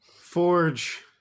Forge